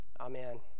Amen